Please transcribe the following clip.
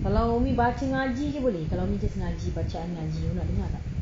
kalau umi baca ngaji jer boleh kalau umi just ngaji bacaan ngaji ada orang nak dengar tak